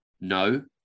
No